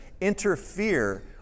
interfere